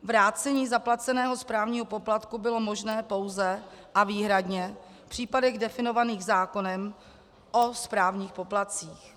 Vrácení zaplaceného správního poplatku bylo možné pouze a výhradně v případech definovaných zákonem o správních poplatcích.